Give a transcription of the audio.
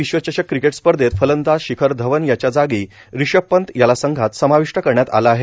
विश्व चषक क्रिकेट स्पर्धेत फलंदाज शिखर धवन याच्या जागी रिषभ पंत याला संघात समाविष्ट करण्यात आलं आहे